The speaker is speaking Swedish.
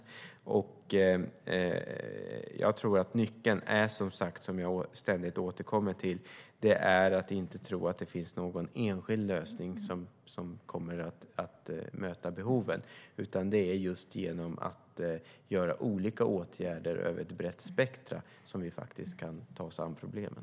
Som jag ständigt återkommer till tror jag att nyckeln är att vi inte ska tro att det finns någon enskild lösning som kommer att möta behoven. Det är just genom att göra olika åtgärder över ett brett spektrum som vi kan ta oss an problemen.